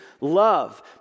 love